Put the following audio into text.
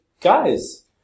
guys